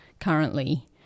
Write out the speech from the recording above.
currently